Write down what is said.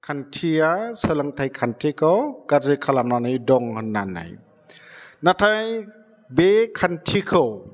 खान्थिया सोलोंथाइ खान्थिखौ गाज्रि खालामनानै दङ होन्नानै नाथाय बे खान्थिखौ